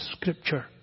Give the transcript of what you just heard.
scripture